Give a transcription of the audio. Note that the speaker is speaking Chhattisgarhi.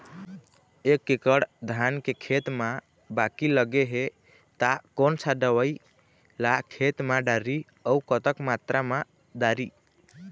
एक एकड़ धान के खेत मा बाकी लगे हे ता कोन सा दवई ला खेत मा डारी अऊ कतक मात्रा मा दारी?